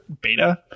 beta